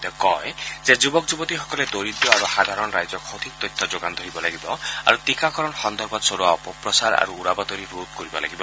তেওঁ কয় যে যুৱক যুৱতীসকলে দৰিদ্ৰ আৰু সাধাৰণ ৰাইজক সঠিক তথ্য যোগান ধৰিব লাগিব আৰু টীকাকৰণ সন্দৰ্ভত চলোৱা অপপ্ৰচাৰ আৰু উৰা বাতৰি ৰোধ কৰিব লাগিব